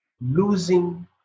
losing